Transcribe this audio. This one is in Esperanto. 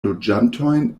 loĝantojn